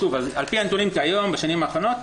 על פי הנתונים בשנים האחרונות,